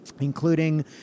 including